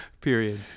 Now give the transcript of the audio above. Period